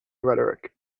rhetoric